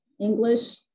English